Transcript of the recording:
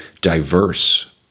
diverse